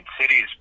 cities